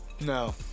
No